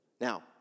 Now